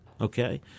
Okay